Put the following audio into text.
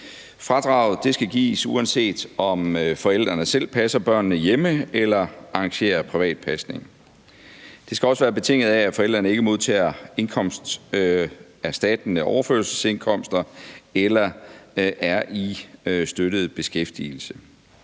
Fradraget skal gives, uanset om forældrene selv passer børnene derhjemme eller arrangerer privat pasning. Det skal også være betinget af, at forældrene ikke modtager indkomsterstattende overførselsindkomster eller er i støttet beskæftigelse.